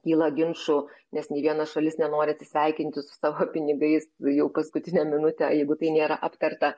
kyla ginčų nes nei viena šalis nenori atsisveikinti su savo pinigais jau paskutinę minutę jeigu tai nėra aptarta